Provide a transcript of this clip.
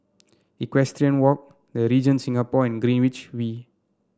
Equestrian Walk The Regent Singapore and Greenwich V